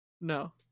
No